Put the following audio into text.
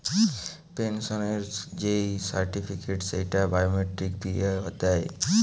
পেনসনের যেই সার্টিফিকেট, সেইটা বায়োমেট্রিক দিয়ে দেয়